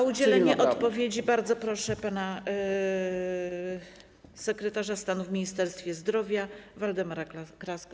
O udzielenie odpowiedzi bardzo proszę pana sekretarza stanu w Ministerstwie Zdrowia Waldemara Kraskę.